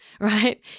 right